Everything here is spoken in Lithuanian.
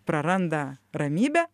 praranda ramybę